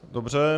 Dobře.